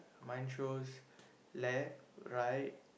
mine shows left right